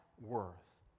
worth